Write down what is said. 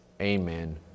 Amen